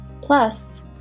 Plus